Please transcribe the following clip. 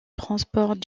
transport